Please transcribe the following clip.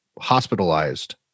hospitalized